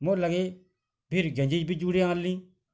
ମୋର୍ ଲାଗି ଫିର୍ ଜୁଡ଼େ ଆଣିଲି